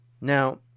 Now